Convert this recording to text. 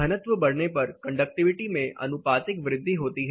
घनत्व बढ़ने पर कंडक्टिविटी में आनुपातिक वृद्धि होती है